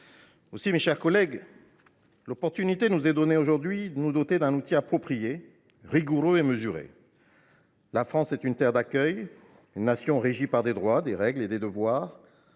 Mes chers collègues, l’occasion nous est donnée aujourd’hui de nous doter d’un outil approprié, rigoureux et mesuré. La France est une terre d’accueil, une nation régie par des droits, des règles et des devoirs,